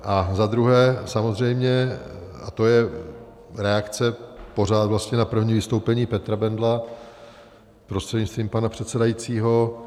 A za druhé samozřejmě, a to je reakce pořád vlastně na první vystoupení Petra Bendla prostřednictvím pana předsedajícího.